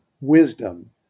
wisdom